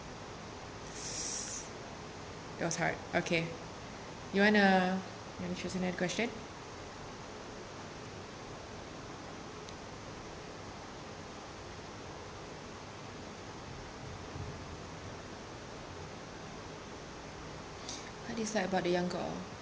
s~ that was hard okay you want uh move to the next question what is like about the younger